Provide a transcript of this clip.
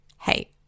Hey